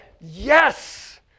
yes